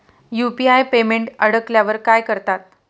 UPI payment अडकल्यावर काय करतात?